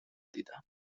دیدم